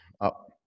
up